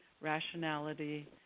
rationality